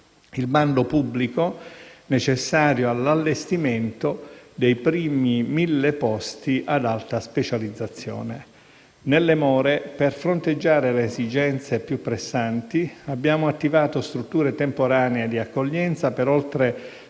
il bando pubblico necessario all'allestimento dei primi mille posti ad alta specializzazione. Nelle more, per fronteggiare le esigenze più pressanti, abbiamo attivato strutture temporanee di accoglienza per oltre